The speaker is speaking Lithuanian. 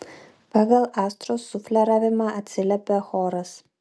pagal astros sufleravimą atsiliepia choras